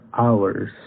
hours